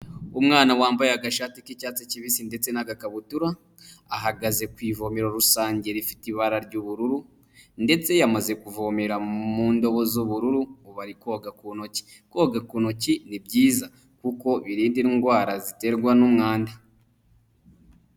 Umwana wambaye agashati k'icyatsi kibisi ndetse n'agakabutura, ahagaze ku ivomero rusange rifite ibara ry'ubururu ndetse yamaze kuvomera mu ndobo z'ubururu ubu ari koga ku ntoki, koga ku ntoki ni byiza kuko birinda indwara ziterwa n'umwanda.